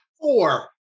Four